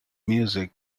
music